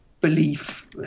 belief